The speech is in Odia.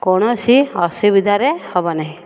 କୌଣସି ଅସୁବିଧାରେ ହେବନାହିଁ